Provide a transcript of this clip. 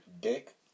Dick